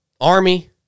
army